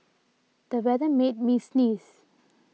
the weather made me sneeze